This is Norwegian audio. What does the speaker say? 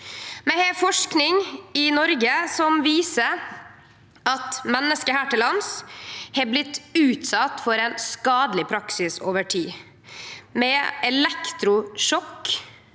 forsking i Noreg som viser at menneske her til lands har blitt utsette for ein skadeleg praksis over tid, der elektrosjokk